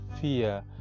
fear